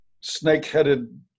snake-headed